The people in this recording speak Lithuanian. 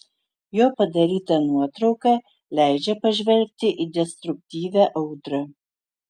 jo padaryta nuotrauka leidžia pažvelgti į destruktyvią audrą